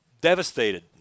devastated